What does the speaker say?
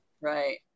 Right